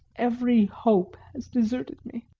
every hope has deserted me.